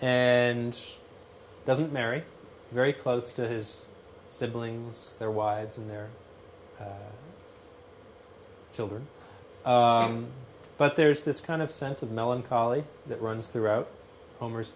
and doesn't marry very close to his siblings their wives and their children but there's this kind of sense of melancholy that runs throughout homer